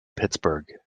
pittsburgh